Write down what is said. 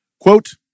Quote